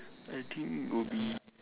I think would be